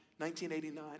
1989